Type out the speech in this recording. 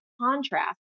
contrast